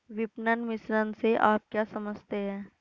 विपणन मिश्रण से आप क्या समझते हैं?